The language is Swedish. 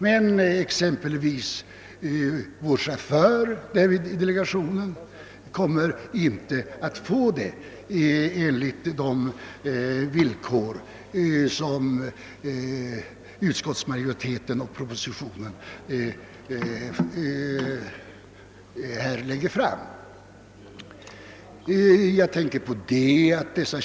Men delegationens chaufför kommer t.ex. inte att få någon rösträtt enligt de villkor som utskottsmajoriteten och departementschefen föreslår.